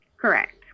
Correct